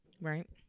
Right